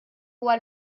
huwa